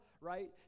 right